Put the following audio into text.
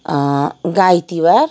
गाई तिहार